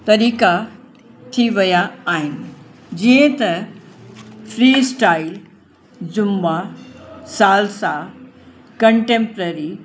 तरीक़ा थी विया आहिनि जीअं त freestyle zumba salsa contemporary